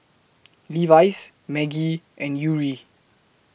Levi's Maggi and Yuri